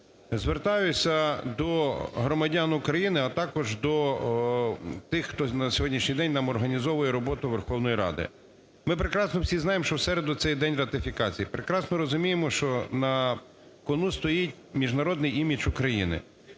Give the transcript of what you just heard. Звертаюся до громадян України, а також до тих, хто на сьогоднішній день нам організовує роботу Верховної Ради. Ми прекрасно всі знаємо, що в середу - це день ратифікацій, прекрасно розуміємо, що на кону стоїть міжнародний імідж України.